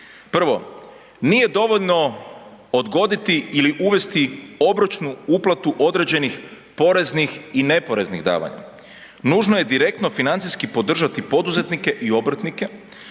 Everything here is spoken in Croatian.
Prvo, nije dovoljno odgoditi ili uvesti obročnu uplatu određenih poreznih i neporeznih davanja. Nužno je direktno financijski podržati poduzetnike i obrtnike